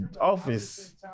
office